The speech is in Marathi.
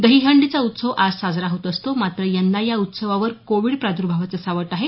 दहीहंडीचा उत्सव आज साजरा होत असतो मात्र यंदा या उत्सवावर कोविड प्रादर्भावाचं सावट आहे